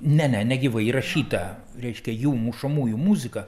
ne ne negyvai įrašytą reiškia jų mušamųjų muziką